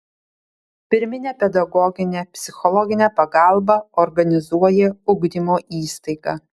pirminę pedagoginę psichologinę pagalbą organizuoja ugdymo įstaiga